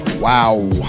Wow